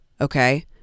okay